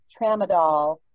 tramadol